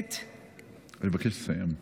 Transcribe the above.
אני מבקש לסיים.